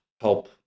help